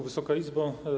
Wysoka Izbo!